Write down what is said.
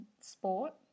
sport